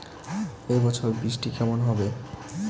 এবছর বৃষ্টি কেমন হবে?